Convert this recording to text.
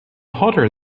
hotter